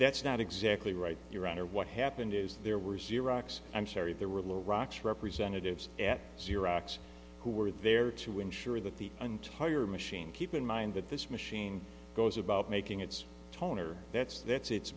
that's not exactly right your honor what happened is there were a xerox i'm sorry there were little rock's representatives at xerox who were there to insure that the entire machine keep in mind that this machine goes about making its toner that's that's it